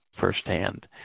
firsthand